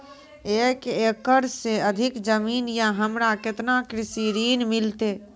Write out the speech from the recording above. एक एकरऽ से अधिक जमीन या हमरा केतना कृषि ऋण मिलते?